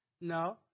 No